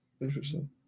Interesting